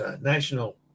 National